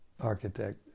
architect